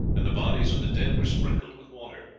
and the bodies of the dead were sprinkled with water.